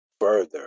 further